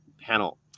panel